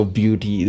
beauty